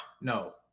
no